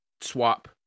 swap